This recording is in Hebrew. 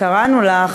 קראנו לה,